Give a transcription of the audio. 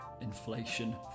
inflation